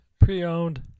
Pre-owned